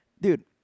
Dude